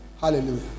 Hallelujah